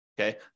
okay